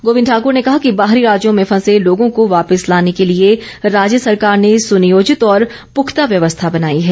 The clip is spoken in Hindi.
गोविंद ठाकुर ने कहा कि बाहरी राज्यों में फंसे लोगों को वापिस लाने के लिए राज्य सरकार ने सुनियोजित और पुख्ता व्यवस्था बनाई है